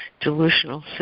delusional